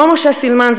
כמו משה סילמן,